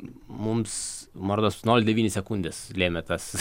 mums man rodos nol devyni sekundes lėmė tas